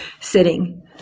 sitting